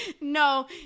no